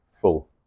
full